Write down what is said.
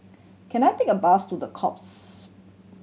can I take a bus to The